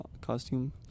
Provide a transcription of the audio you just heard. costume